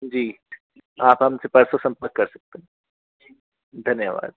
जी आप हमसे परसों संपर्क कर सकते हैं धन्यवाद